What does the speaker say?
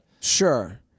sure